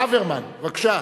ברוורמן, בבקשה.